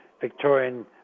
Victorian